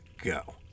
go